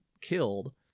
killed